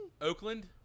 Oakland